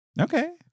Okay